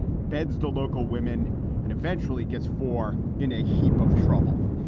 beds the local women and eventually gets four in a heap of trouble.